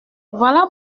voilà